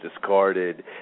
Discarded